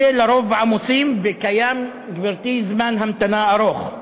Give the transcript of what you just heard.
אלה לרוב עמוסים, וקיים, גברתי, זמן המתנה ארוך,